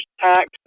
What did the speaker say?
tax